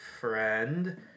friend